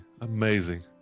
Amazing